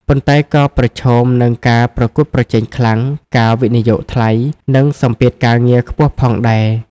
ប៉ុន្តែក៏ប្រឈមនឹងការប្រកួតប្រជែងខ្លាំង ការវិនិយោគថ្លៃ និងសម្ពាធការងារខ្ពស់ផងដែរ។